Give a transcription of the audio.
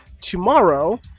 tomorrow